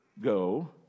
go